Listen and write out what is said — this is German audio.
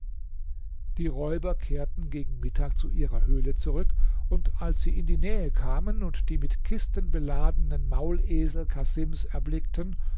die räuber kehrten gegen mittag zu ihrer höhle zurück und als sie in die nähe kamen und die mit kisten beladenen maulesel casims erblickten